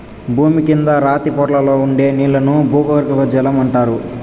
భూమి కింద రాతి పొరల్లో ఉండే నీళ్ళను భూగర్బజలం అంటారు